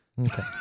Okay